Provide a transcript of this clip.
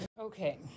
Okay